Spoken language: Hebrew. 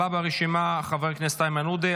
הבאים ברשימה הם חברי הכנסת איימן עודה,